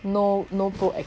no no proactive